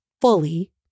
fully